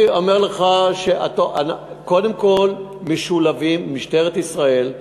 אני אומר לך, קודם כול, משולבים, משטרת ישראל,